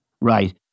Right